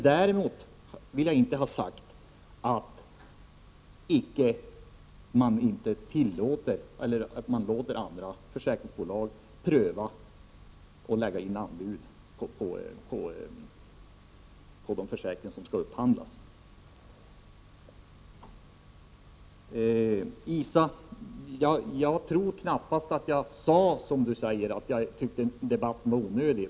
Däremot vill jag inte ha sagt att man inte låter andra försäkringsbolag lägga in anbud på de försäkringar som skall upphandlas. Jag tror knappast att jag, som Isa Halvarsson påstår, sade att jag tyckte att debatten var onödig.